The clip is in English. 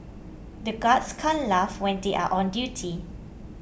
the guards can't laugh when they are on duty